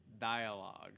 dialogue